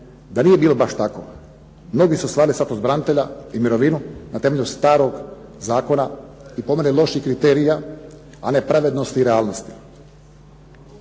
da nije bilo baš tako. Mnogi su ostvarili status branitelja i mirovinu na temelju starog zakona i po meni loših kriterija, a ne pravednosti i realnosti.